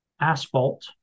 asphalt